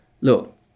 look